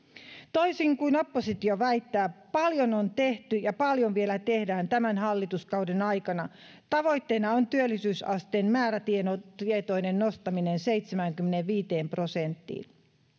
toisin kuin oppositio väittää paljon on tehty ja paljon vielä tehdään tämän hallituskauden aikana tavoitteena on työllisyysasteen määrätietoinen nostaminen seitsemäänkymmeneenviiteen prosenttiin